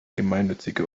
gemeinnützige